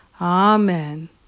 Amen